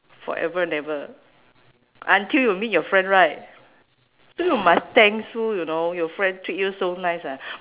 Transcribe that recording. forever and ever until you meet your friend right so you must thankful you know your friend treat you so nice ah